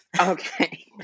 Okay